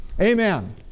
Amen